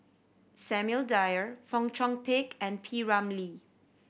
Samuel Dyer Fong Chong Pik and P Ramlee